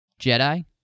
Jedi